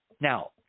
Now